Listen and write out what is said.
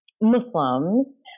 Muslims